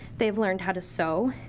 they have learned how to sew,